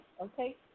okay